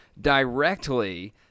directly